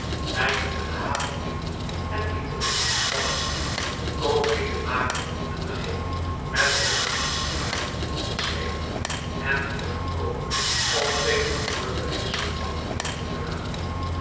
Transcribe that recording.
wij liepen de haven binnen en lieten het anker vallen de kooplieden maakten een begin met hunne handelswaren te ontschepen en die te verkoopen of tegen de voortbrengselen van dat land te verruilen